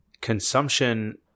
consumption